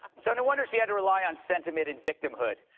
so no wonder she had to rely on sentiment and victimhood.